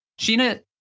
Sheena